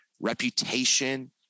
Reputation